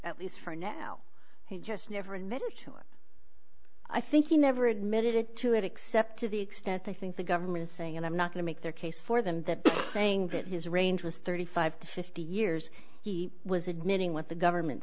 at least for now he just never admitted to it i think you never admitted to it except to the extent i think the government is saying and i'm not going to make their case for them that saying that his range was thirty five to fifty years he was admitting what the government